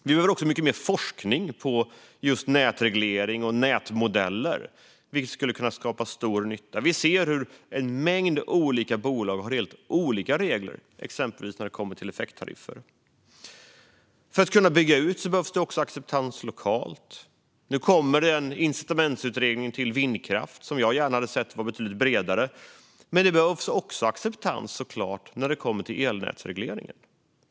Vi behöver mycket mer forskning på nätreglering och nätmodeller. Det skulle kunna skapa stor nytta. Vi ser hur en mängd olika bolag har en mängd olika regler, exempelvis när det kommer till effekttariffer. För att kunna bygga ut behövs också acceptans lokalt. Nu kommer en incitamentsutredning för vindkraft, som jag gärna hade sett var betydligt bredare. Men det behövs såklart också acceptans när det kommer till elnätsregleringen.